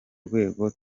rwego